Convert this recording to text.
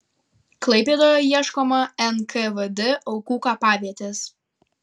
klaipėdoje ieškoma nkvd aukų kapavietės